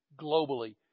globally